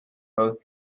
both